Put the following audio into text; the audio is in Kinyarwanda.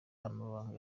amabanga